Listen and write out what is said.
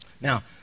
Now